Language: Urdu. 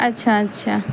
اچھا اچھا